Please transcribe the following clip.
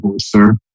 sir